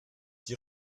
die